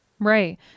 Right